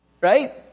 right